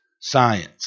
science